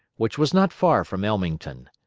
which was not far from ellmington.